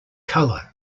colour